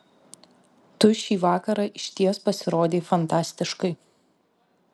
tu šį vakarą išties pasirodei fantastiškai